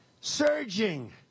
surging